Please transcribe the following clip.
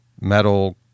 metal